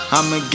I'ma